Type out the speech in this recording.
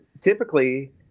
typically